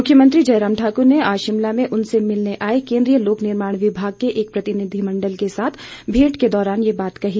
मुख्यमंत्री जयराम ठाक्र ने आज शिमला में उनसे मिलने आए केंद्रीय लोक निर्माण विभाग के एक प्रतिनिधिमंडल के साथ भेंट के दौरान ये बात कही